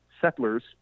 settlers